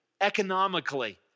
economically